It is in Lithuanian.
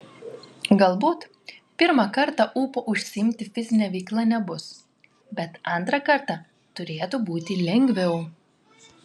galbūt pirmą kartą ūpo užsiimti fizine veikla nebus bet antrą kartą turėtų būti lengviau